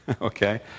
Okay